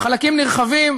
חלקים נרחבים,